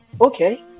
Okay